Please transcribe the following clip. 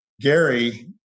Gary